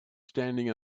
standing